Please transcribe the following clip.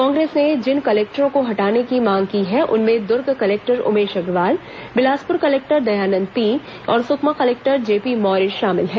कांग्रेस ने जिन कलेक्टरों को हटाने को मांग की है उनमें Durg collector Umesh Agrawal Bilaspur collector Dayanand P और सुकमा कलेक्टर जेपी मौर्य शामिल हैं